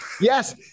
Yes